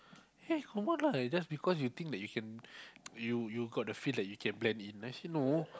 eh come on lah just because you think that you can you you got the feel that you blend in I say no